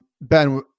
Ben